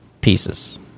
pieces